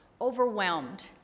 overwhelmed